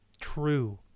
true